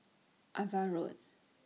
AVA Road